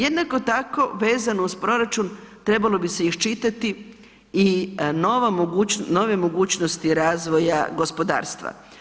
Jednako tako vezano uz proračun trebalo bi se iščitati i nove mogućnosti razvoja gospodarstva.